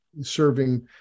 serving